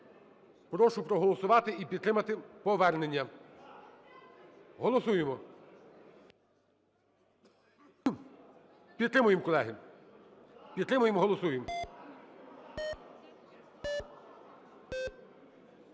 Прошу проголосувати і підтримати повернення. Голосуємо. Підтримуємо, колеги. підтримуємо, голосуємо.